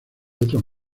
otros